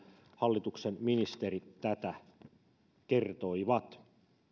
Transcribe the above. hallituksen ministerit tätä kertoivat